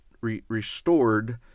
restored